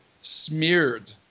smeared